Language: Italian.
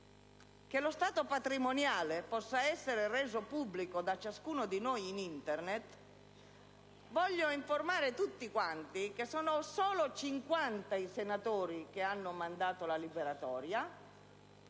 che lo stato patrimoniale possa essere reso pubblico da ciascuno di noi tramite Internet, ma voglio informare tutti quanti che sono solo 50 i senatori che hanno mandato la liberatoria